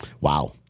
Wow